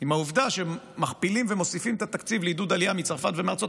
עם העובדה שמכפילים ומוסיפים את התקציב לעידוד עלייה מצרפת ומארצות